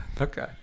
Okay